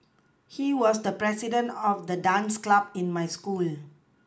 he was the president of the dance club in my school